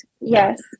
Yes